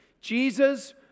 Jesus